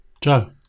Joe